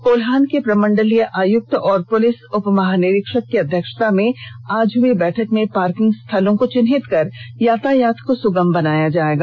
कोल्हान के प्रमंडलीय आयुक्त और पुलिस उपमहानिरीक्षक की अध्यक्षता में आज हुई बैठक में पार्किंग स्थलों को चिन्हित कर यातायात को सुगम बनाया जाएगा